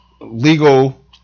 legal